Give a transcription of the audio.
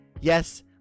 yes